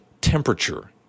temperature